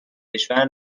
کشور